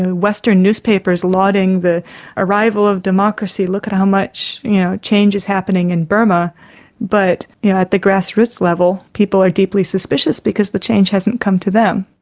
ah western newspapers lauding the arrival of democracy, look at how much you know change is happening in burma' but yeah at the grassroots level, people are deeply suspicious because the change hasn't come to them.